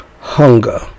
hunger